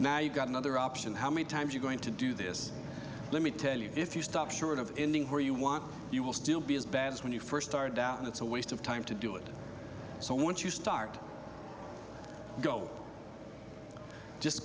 now you've got another option how many times you going to do this let me tell you if you stop short of ending where you want you will still be as bad as when you first started out and it's a waste of time to do it so once you start go just